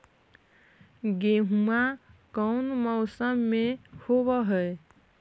गेहूमा कौन मौसम में होब है?